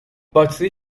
باتری